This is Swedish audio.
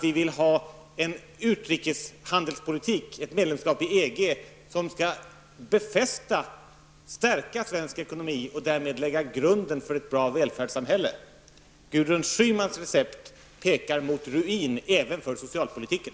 Vi vill ha en utrikeshandelspolitik, ett medlemskap i EG, som skall stärka svensk ekonomi och därmed lägga grunden för ett bra välfärdssamhälle. Gudrun Schymans parti recept mot ruin även för socialpolitiken.